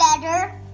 better